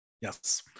Yes